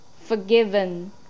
forgiven